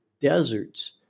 deserts